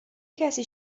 کسی